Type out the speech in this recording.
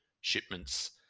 shipments